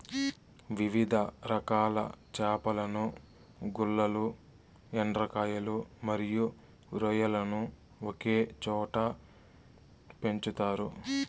వివిధ రకాల చేపలను, గుల్లలు, ఎండ్రకాయలు మరియు రొయ్యలను ఒకే చోట పెంచుతారు